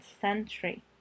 century